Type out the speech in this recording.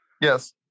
Yes